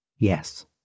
Yes